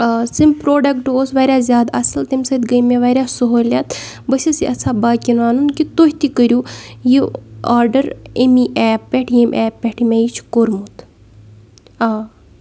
سُہ پرٛوڈَکٹ اوس واریاہ زیادٕ اَصٕل تَمہِ سۭتۍ گٔے مےٚ واریاہ سہوٗلیت بہٕ چھس یَژھان باقٕیَن وَنُن کہِ تُہۍ تہِ کٔرِو یہِ آرڈَر امی ایپ پٮ۪ٹھ ییٚمہِ ایپ پٮ۪ٹھ میٚیہ چھِ کوٚرمُت آ